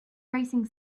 racing